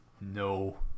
No